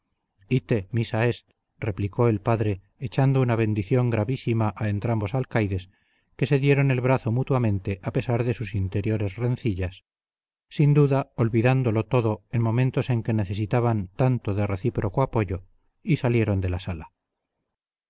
missa est replicó el padre echando una bendición gravísima a entrambos alcaides que se dieron el brazo mutuamente a pesar de sus interiores rencillas sin duda olvidándolo todo en momentos en que necesitaban tanto de recíproco apoyo y salieron de la sala